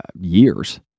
years